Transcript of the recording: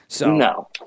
No